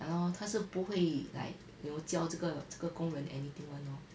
ya lor 她是不会 like you know 教这个这个工人 anything [one] orh